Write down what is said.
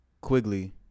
Quigley